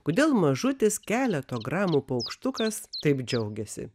kodėl mažutis keleto gramų paukštukas taip džiaugiasi